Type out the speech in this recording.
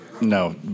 No